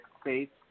states